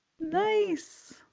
Nice